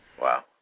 Wow